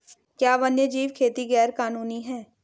क्या वन्यजीव खेती गैर कानूनी है?